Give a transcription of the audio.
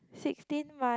sixteen month